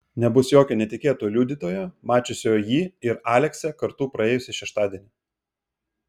nebus jokio netikėto liudytojo mačiusio jį ir aleksę kartu praėjusį šeštadienį